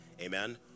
amen